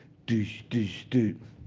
doosh, doosh, doo,